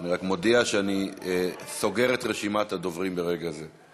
אני רק מודיע שאני סוגר את רשימת הדוברים ברגע זה.